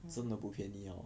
真的不便宜 hor